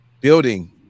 building